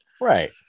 right